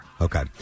Okay